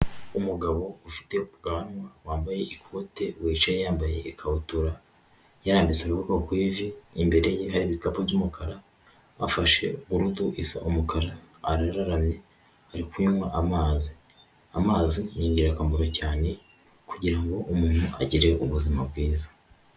Umugabo ufite ubwanwa, wambaye ikote wicaye yambaye ikabutura, yarambitse n'ukuboko ku ivi, imbere ye hari ibikapu by'umukara, afashe gurudu isa umukara, arararaye ari kuyanywa, amazi ni ingirakamaro cyane kugira ngo umuntu agire ubuzima bwiza.